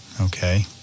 Okay